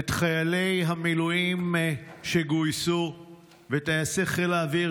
את חיילי המילואים שגויסו ואת טייסיי חיל האוויר